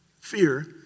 fear